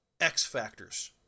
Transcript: X-Factors